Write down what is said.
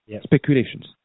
speculations